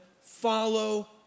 follow